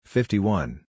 Fifty-one